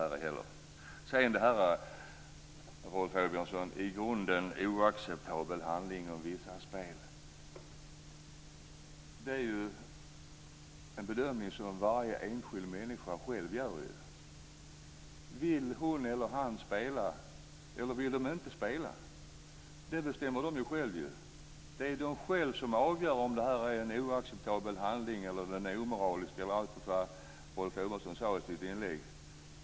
Rolf Åbjörnsson säger om vissa spel att det är en i grunden oacceptabel handling. Men det är en bedömning som varje enskild människa själv gör. Vill hon eller han spela eller vill de inte spela, det bestämmer de ju själva. Det är de själva som avgör om detta är en oacceptabel handling, om den är omoralisk eller något annat av det Rolf Åbjörnsson sade i sitt inlägg.